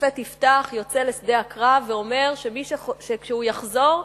השופט יפתח יוצא לשדה הקרב, ואומר שכשהוא יחזור,